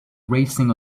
racing